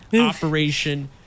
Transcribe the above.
Operation